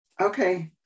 okay